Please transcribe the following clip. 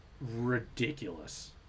ridiculous